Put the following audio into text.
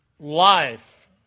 life